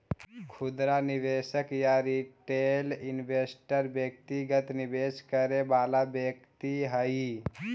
खुदरा निवेशक या रिटेल इन्वेस्टर व्यक्तिगत निवेश करे वाला व्यक्ति हइ